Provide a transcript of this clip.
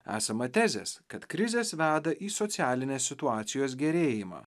esama tezės kad krizės veda į socialinės situacijos gerėjimą